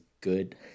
good